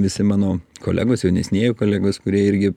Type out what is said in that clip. visi mano kolegos jaunesnieji kolegos kurie irgi